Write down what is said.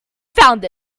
found